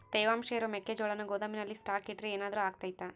ತೇವಾಂಶ ಇರೋ ಮೆಕ್ಕೆಜೋಳನ ಗೋದಾಮಿನಲ್ಲಿ ಸ್ಟಾಕ್ ಇಟ್ರೆ ಏನಾದರೂ ಅಗ್ತೈತ?